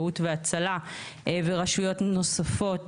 צוהריים טובים,